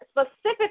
specifically